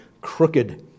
crooked